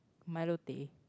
milo teh